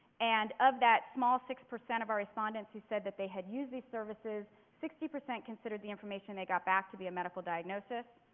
and of that small six percent of our respondents who said that they had used these services, sixty percent considered the information they got back to be a medical diagnosis.